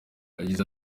yagize